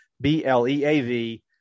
B-L-E-A-V